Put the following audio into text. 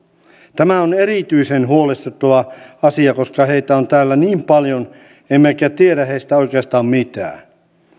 tämä on erityisen huolestuttava asia koska heitä on täällä niin paljon emmekä tiedä heistä oikeastaan mitään